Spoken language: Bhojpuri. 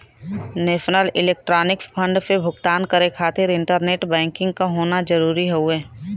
नेशनल इलेक्ट्रॉनिक्स फण्ड से भुगतान करे खातिर इंटरनेट बैंकिंग क होना जरुरी हउवे